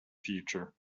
future